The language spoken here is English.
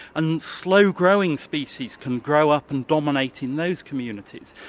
and slow growing species can grow up and dominate in those communities.